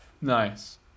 Nice